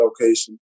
location